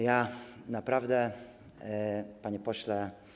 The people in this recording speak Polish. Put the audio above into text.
Ja naprawdę, panie pośle.